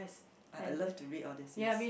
I love to read all this